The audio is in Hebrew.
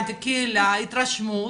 הבנתי, קהילה, התרשמות.